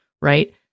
right